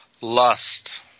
lust